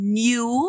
new